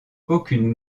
aucune